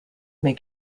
may